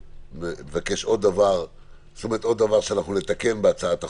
מבקש עוד דבר שאנחנו נתקן בהצעת החוק.